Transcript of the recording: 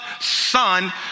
son